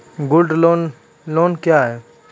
Gold loan loan क्या हैं?